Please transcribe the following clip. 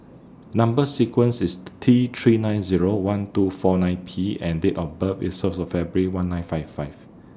Number sequence IS T three nine Zero one two four five P and Date of birth IS First of February one nine five five